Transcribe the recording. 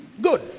Good